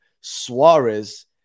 Suarez